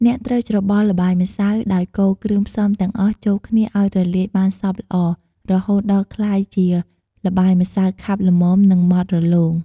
អ្នកត្រូវច្របល់ល្បាយម្សៅ ដោយកូរគ្រឿងផ្សំទាំងអស់ចូលគ្នាឱ្យរលាយបានសព្វល្អ រហូតដល់ក្លាយជាល្បាយម្សៅខាប់ល្មម និងម៉ដ្ឋរលោង។